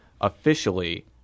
officially